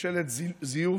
ממשלת זיוף,